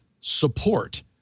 support